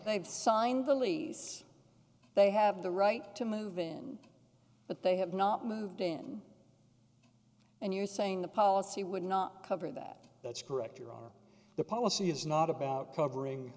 they've signed the lease they have the right to move in but they have not moved in and you're saying the policy would not cover that that's correct your honor the policy is not about covering